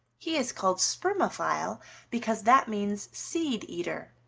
he is called spermophile because that means seed-eater,